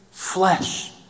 flesh